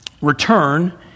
return